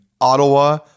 Ottawa